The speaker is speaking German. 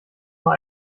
mal